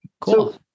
Cool